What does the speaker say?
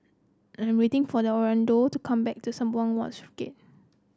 I'm waiting for the Orlando to come back the Sembawang Wharves Gate